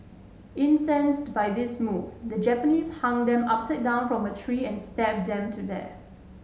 incensed by this move the Japanese hung them upside down from a tree and stabbed them to death